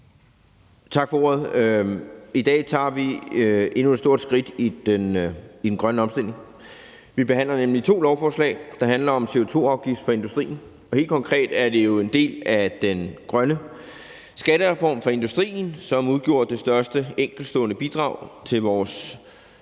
Tak for ordet. I dag tager vi endnu et stort skridt i den grønne omstilling. Vi behandler nemlig to lovforslag, der handler om CO2-afgift for industrien. Helt konkret er det jo en del af den grønne skattereform for industrien, som udgjorde det største enkeltstående bidrag til vores